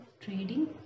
trading